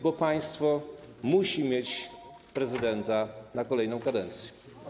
bo państwo musi mieć prezydenta na kolejną kadencję.